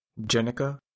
Jenica